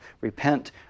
Repent